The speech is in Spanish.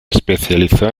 especializó